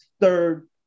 third